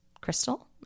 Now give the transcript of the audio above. crystal